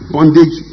bondage